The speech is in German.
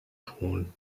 tun